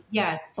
yes